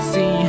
See